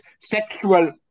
sexual